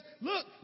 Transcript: look